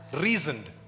reasoned